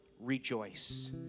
rejoice